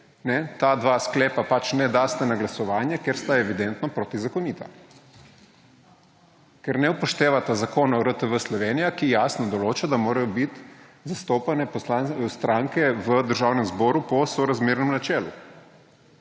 ta dva sklepa pač ne date na glasovanje, ker sta evidentno protizakonita, ker ne upoštevata Zakona o RTV Slovenija, ki jasno določa, da morajo bit zastopane stranke v Državnem zboru po sorazmernem načelu.